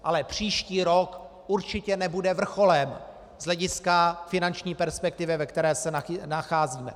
Ale příští rok určitě nebude vrcholem z hlediska finanční perspektivy, ve které se nacházíme.